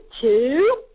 two